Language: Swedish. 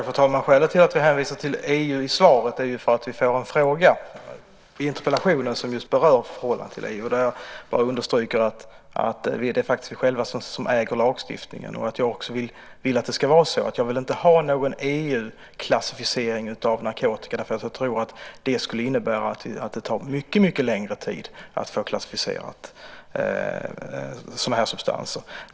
Fru talman! Skälet till att vi hänvisar till EU i svaret är ju att vi får en fråga i interpellationen som berör just förhållandet till EU. Jag vill understryka att det faktiskt är vi själva som äger lagstiftningen. Jag vill också att det ska vara så. Jag vill inte ha någon EU-klassificering av narkotika, för jag tror att det skulle innebära att det tar mycket längre tid att få sådana här substanser klassificerade.